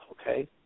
Okay